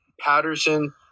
Patterson